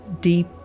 deep